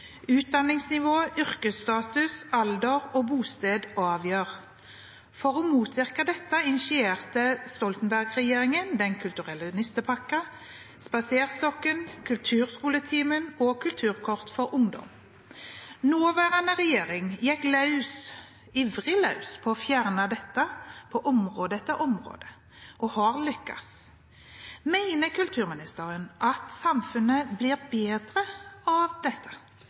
Utdanningsnivå, yrkesstatus, alder og bosted avgjør. For å motvirke dette initierte Stoltenberg-regjeringen den kulturelle nistepakka, spaserstokken, kulturskoletimen og kulturkort for ungdom. Nåværende regjering gikk ivrig i gang med å fjerne dette på område etter område og har lykkes. Mener statsråden at samfunnet blir bedre av dette?»